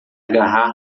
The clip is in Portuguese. agarrar